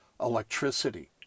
electricity